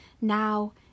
now